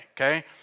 okay